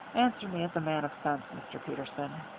answer me as a man of sense, mr. peterson.